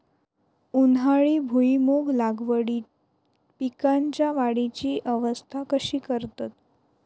उन्हाळी भुईमूग लागवडीत पीकांच्या वाढीची अवस्था कशी करतत?